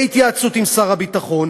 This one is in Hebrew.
בהתייעצות עם שר הביטחון,